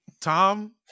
Tom